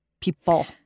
people